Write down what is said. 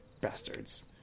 bastards